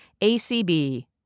ACB